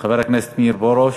חבר הכנסת מאיר פרוש,